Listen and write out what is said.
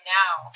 now